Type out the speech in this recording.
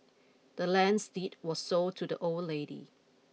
the land's deed were sold to the old lady